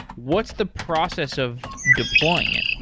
what's the process of deploying it?